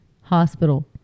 hospital